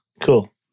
cool